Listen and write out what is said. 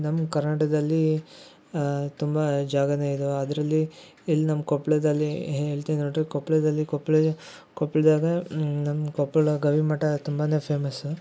ನಮ್ಮ ಕರ್ನಾಟಕದಲ್ಲಿ ತುಂಬ ಜಾಗಾನು ಇದು ಅದರಲ್ಲಿ ಇಲ್ಲಿ ನಮ್ಮ ಕೊಪ್ಪಳದಲ್ಲಿ ಹೇಳ್ತೇನೆ ನೋಡ್ರಿ ಕೊಪ್ಪಳದಲ್ಲಿ ಕೊಪ್ಪಳದಾಗ ನಮ್ಮ ಕೊಪ್ಪಳ ಗವಿ ಮಠ ತುಂಬಾನೇ ಫೇಮಸ್ಸು